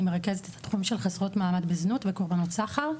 אני מרכזת את התחום של חסרות מעמד בזנות וקורבנות סחר,